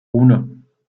uno